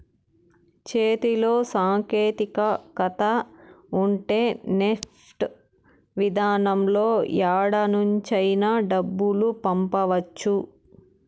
చేతిలో సాంకేతికత ఉంటే నెఫ్ట్ విధానంలో యాడ నుంచైనా డబ్బులు పంపవచ్చు